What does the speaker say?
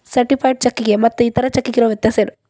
Certified ಚೆಕ್ಕಿಗೆ ಮತ್ತ್ ಇತರೆ ಚೆಕ್ಕಿಗಿರೊ ವ್ಯತ್ಯಸೇನು?